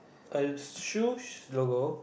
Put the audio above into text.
a shoe's logo